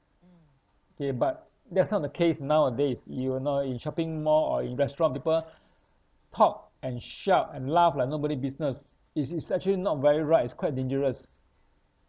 kay but that's not the case nowadays you will know in shopping mall or in restaurant people talk and shout and laugh like nobody business is is actually not very right is quite dangerous